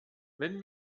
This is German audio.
wenn